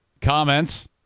Comments